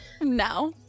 No